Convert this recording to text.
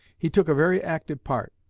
he took a very active part.